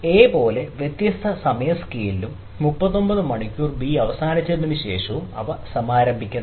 A പോലുള്ള വ്യത്യസ്ത സമയ സ്കെയിലിലും 39 മണിക്കൂർ ബി അവസാനിപ്പിച്ചതിനുശേഷവും അവ സമാരംഭിക്കുന്നത്